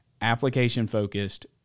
application-focused